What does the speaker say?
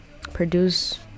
produce